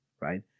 right